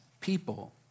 people